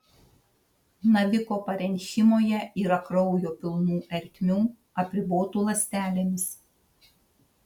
naviko parenchimoje yra kraujo pilnų ertmių apribotų ląstelėmis